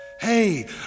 Hey